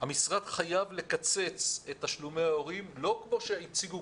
המשרד חייב לקצץ את תשלומי ההורים לא כמו שהציגו